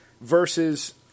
versus